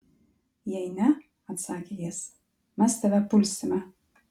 jei ne atsakė jis mes tave pulsime